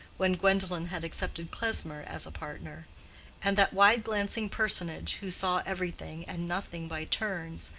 when gwendolen had accepted klesmer as a partner and that wide-glancing personage, who saw everything and nothing by turns,